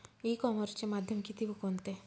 E कॉमर्सचे माध्यम किती व कोणते?